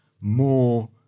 more